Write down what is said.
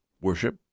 worship